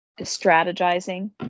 strategizing